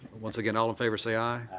once again, all in favor say aye.